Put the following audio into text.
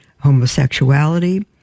homosexuality